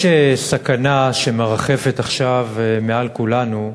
יש סכנה שמרחפת עכשיו מעל כולנו,